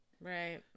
Right